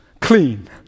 clean